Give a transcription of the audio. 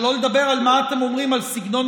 שלא לדבר על מה אתם אומרים על סגנון